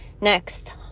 Next